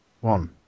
one